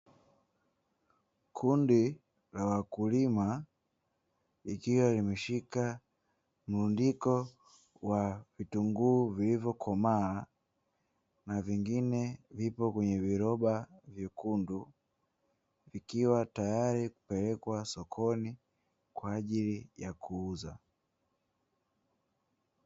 Kundi la wakulima likiwa limeshika mlundiko wa vitunguu vilivyokomaa na vingine vipo kwenye viroba vyekundu, vikiwa tayari kupelekwa sokoni kwa ajili ya kuuza.